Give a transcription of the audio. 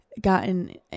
gotten